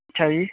ਅੱਛਾ ਜੀ